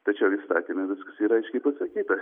tačiau įstatyme viskas yra aiškiai pasakyta